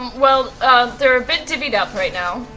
well they're a bit divvied up right now.